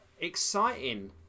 exciting